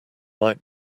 might